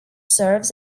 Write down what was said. serves